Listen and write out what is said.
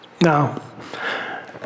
Now